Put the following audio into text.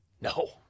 No